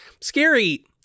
scary